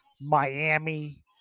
Miami